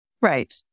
Right